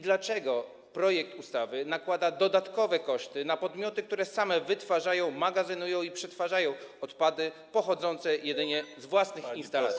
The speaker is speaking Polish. Dlaczego projekt ustawy nakłada dodatkowe koszty na podmioty, które same wytwarzają, magazynują i przetwarzają odpady pochodzące jedynie z własnych instalacji?